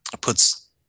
puts